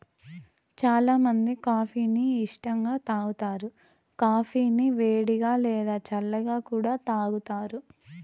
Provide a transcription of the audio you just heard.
చానా మంది కాఫీ ని ఇష్టంగా తాగుతారు, కాఫీని వేడిగా, లేదా చల్లగా కూడా తాగుతారు